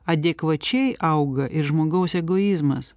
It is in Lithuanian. adekvačiai auga ir žmogaus egoizmas